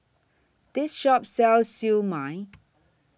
This Shop sells Siew Mai